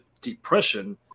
depression